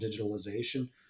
digitalization